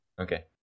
Okay